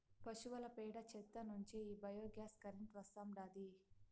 పశువుల పేడ చెత్త నుంచే ఈ బయోగ్యాస్ కరెంటు వస్తాండాది